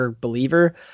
believer